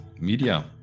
media